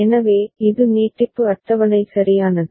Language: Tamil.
எனவே இது நீட்டிப்பு அட்டவணை சரியானது